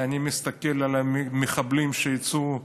אני מסתכל על המחבלים שיצאו,